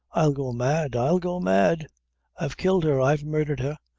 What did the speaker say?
i'll go mad i'll go mad i've killed her i've murdhered her,